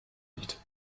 nicht